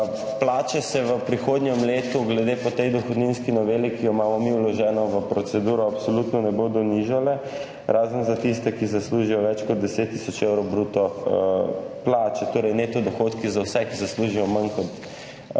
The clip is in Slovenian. Plače se v prihodnjem letu glede po tej dohodninski noveli, ki jo imamo mi vloženo v proceduro, absolutno ne bodo nižale, razen za tiste, ki zaslužijo več kot 10 tisoč evrov bruto plače, torej neto dohodki za vse, ki zaslužijo manj kot 10